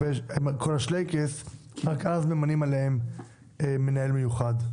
עם כל השלייקעס - רק אז ממנים עליהם מנהל מיוחד,